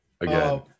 again